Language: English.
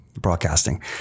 broadcasting